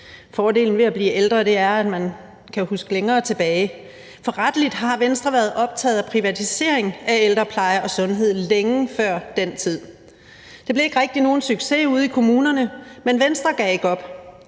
Fordelen ved at blive ældre er, at man kan huske længere tilbage, for rettelig har Venstre været optaget af privatisering af ældrepleje og sundhed længe før den tid. Det blev ikke rigtig nogen succes ude i kommunerne, men Venstre gav ikke op.